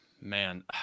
Man